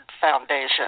Foundation